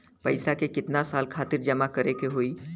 पैसा के कितना साल खातिर जमा करे के होइ?